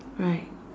right